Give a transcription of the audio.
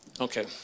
Okay